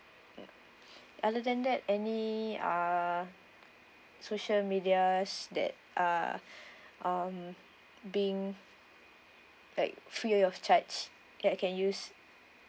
other than that any uh social medias that are um being like free of charge that I can use